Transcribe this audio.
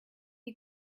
you